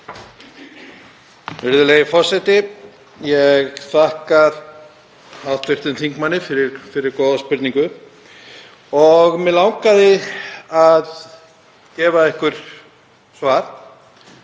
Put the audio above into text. Virðulegi forseti. Ég þakka hv. þingmanni fyrir góða spurningu og mig langar að gefa ykkur svar.